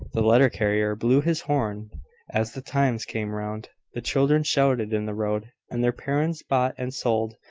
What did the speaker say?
the letter-carrier blew his horn as the times came round the children shouted in the road and their parents bought and sold,